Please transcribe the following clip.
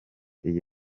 iyi